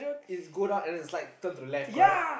it's go down and then it's like turn to the left correct